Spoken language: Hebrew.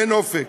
ואין אופק.